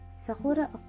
Sakura